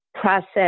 process